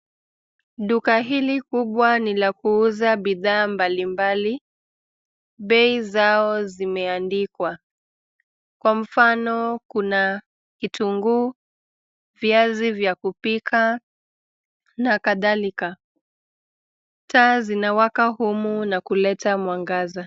Duka hili kubwa ni la kuuza bidhaa mbalimbali; bei zao zimeandikwa, kwa mfano kuna kitunguu, viazi vya kupika na kadhalika. Taa zinawaka humu na kuleta mwangaza.